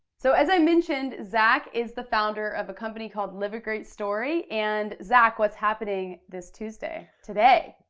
so as i mentioned, zach is the founder of a company called live a great story. and zach, what's happening this tuesday? today.